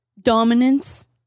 dominance